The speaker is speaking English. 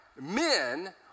men